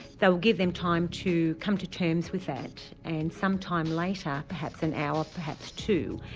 they'll give them time to come to terms with that and some time later, perhaps an hour, perhaps two,